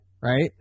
Right